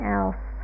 else